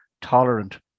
tolerant